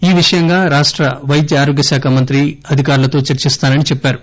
ఈ విషయంగా రాష్ట వైద్య ఆరోగ్య శాఖ మంత్రి అధికారులతో చర్సిస్తానని చెప్పారు